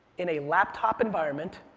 in a laptop environment,